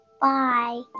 Bye